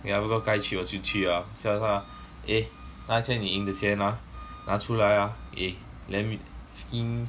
yeah 如果 kyle treat 我就去 ah 叫他 eh 那天你赢的钱 ah 拿出来 ah then hint